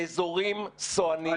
באזורים סואנים,